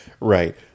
right